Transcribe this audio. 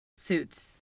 suits